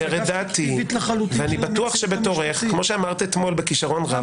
אומר את דעתי ואני בטוח שבתורך כמו אתמול בכישרון רב